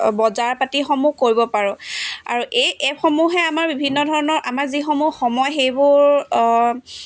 বজাৰ পাতিসমূহ কৰিব পাৰোঁ আৰু এই এপসমূহে আমাৰ বিভিন্ন ধৰণৰ আমাৰ যিসমূহ সময় সেইবোৰ